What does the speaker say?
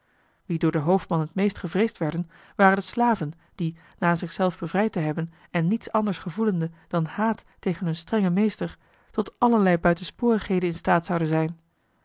wie door den hoofdman het meest gevreesd werden waren de slaven die na zichzelf bevrijd te hebben en niets anders gevoelende dan haat tegen hun strengen joh h been paddeltje de scheepsjongen van michiel de ruijter meester tot allerlei buitensporigheden in staat zouden zijn